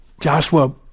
Joshua